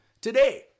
today